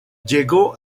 llegó